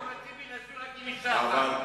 אחמד טיבי נשוי רק עם אשה אחת.